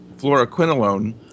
fluoroquinolone